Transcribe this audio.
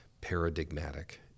paradigmatic